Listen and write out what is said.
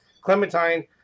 Clementine